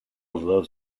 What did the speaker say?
loves